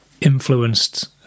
influenced